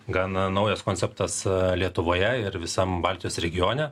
gana naujas konceptas lietuvoje ir visam baltijos regione